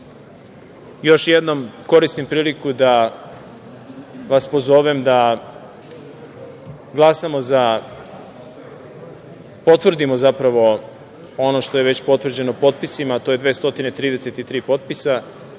još jednom koristim priliku da vas pozovem da potvrdimo ono što je već potvrđeno potpisima, a to je 233 potpisa,